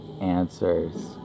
answers